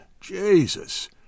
Jesus